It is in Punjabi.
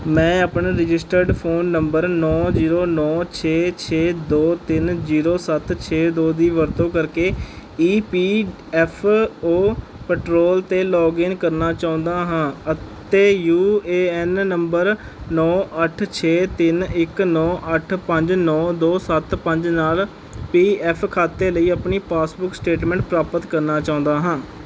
ਮੈਂ ਆਪਣੇ ਰਜਿਸਟਰਡ ਫ਼ੋਨ ਨੰਬਰ ਨੌਂ ਜੀਰੋ ਨੌ ਛੇ ਛੇ ਦੋ ਤਿੰਨ ਜੀਰੋ ਸੱਤ ਛੇ ਦੋ ਦੀ ਵਰਤੋਂ ਕਰਕੇ E P F O portal 'ਤੇ ਲੌਗਇਨ ਕਰਨਾ ਚਾਹੁੰਦਾ ਹਾਂ ਅਤੇ ਯੂ ਏ ਐੱਨ ਨੰਬਰ ਨੌਂ ਅੱਠ ਛੇ ਤਿੰਨ ਇੱਕ ਨੌਂ ਅੱਠ ਪੰਜ ਨੌਂ ਦੋ ਸੱਤ ਪੰਜ ਨਾਲ ਪੀ ਐੱਫ ਖਾਤੇ ਲਈ ਆਪਣੀ ਪਾਸਬੁੱਕ ਸਟੇਟਮੈਂਟ ਪ੍ਰਾਪਤ ਕਰਨਾ ਚਾਹੁੰਦਾ ਹਾਂ